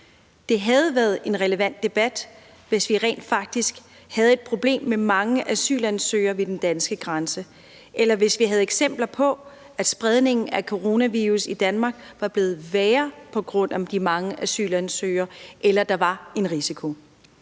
Det havde været en relevant debat, hvis vi rent faktisk havde et problem med mange asylansøgere ved den danske grænse, eller hvis vi havde eksempler på, at spredningen af coronavirus i Danmark var blevet værre på grund af de mange asylansøgere, eller at der var risiko.